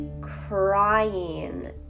crying